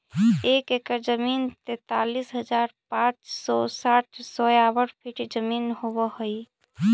एक एकड़ जमीन तैंतालीस हजार पांच सौ साठ स्क्वायर फीट जमीन होव हई